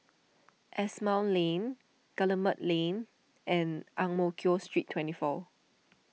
Asimont Lane Guillemard Lane and Ang Mo Kio Street twenty four